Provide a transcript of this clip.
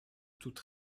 toute